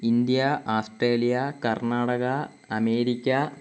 India Australia Karnataka America